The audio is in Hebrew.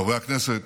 חברי הכנסת,